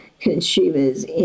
consumers